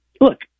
look